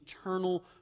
eternal